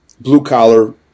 blue-collar